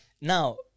Now